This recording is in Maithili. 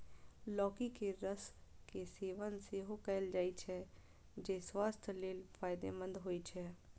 लौकी के रस के सेवन सेहो कैल जाइ छै, जे स्वास्थ्य लेल फायदेमंद होइ छै